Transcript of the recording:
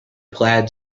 plaid